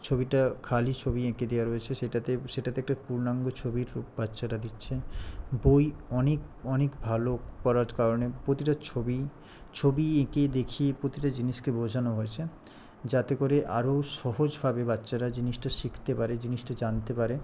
ছবিটা খালি ছবি এঁকে দেওয়া রয়েছে সেটাতে সেটাতে একটা পূর্ণাঙ্গ ছবির রূপ বাচ্চারা দিচ্ছে বই অনেক অনেক ভালো করার কারণে প্রতিটা ছবি ছবি এঁকে দেখিয়ে প্রতিটা জিনিসকে বোঝানো হয়েছে যাতে করে আরও সহজভাবে বাচ্চারা জিনিসটা শিখতে পারে জিনিসটা জানতে পারে